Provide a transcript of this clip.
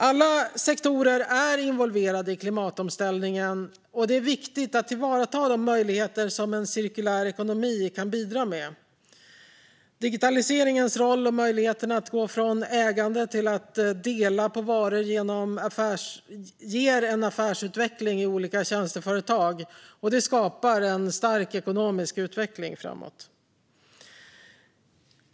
Alla sektorer är involverade i klimatomställningen, och det är viktigt att tillvarata de möjligheter som en cirkulär ekonomi kan bidra med. Digitaliseringens roll och möjligheten att gå från ägande till att dela på varor ger en affärsutveckling i olika tjänsteföretag som skapar en stark ekonomisk utveckling framåt.